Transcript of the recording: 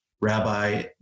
Rabbi